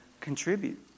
contribute